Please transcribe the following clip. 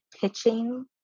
pitching